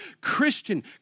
Christian